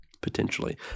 Potentially